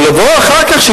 אבל לבוא אחר כך,